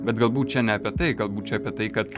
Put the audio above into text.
bet galbūt čia ne apie tai galbūt čia apie tai kad